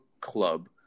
club